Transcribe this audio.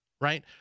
right